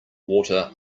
water